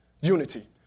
unity